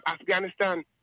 Afghanistan